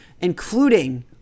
including